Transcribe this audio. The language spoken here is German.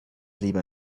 lieber